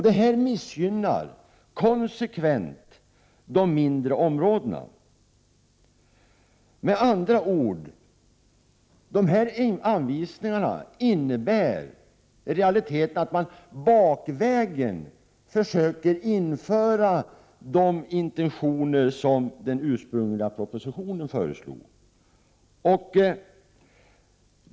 Detta missgynnar konsekvent de mindre markområdena. Med andra ord: Dessa anvisningar innebär i realiteten att man bakvägen försöker införa de intentioner som fanns i den ursprungliga propositionen.